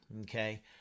Okay